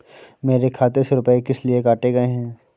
मेरे खाते से रुपय किस लिए काटे गए हैं?